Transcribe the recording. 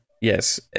yes